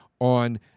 on